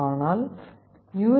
ஆனால் யூ